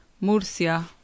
Murcia